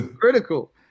critical